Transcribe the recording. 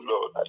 Lord